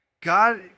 God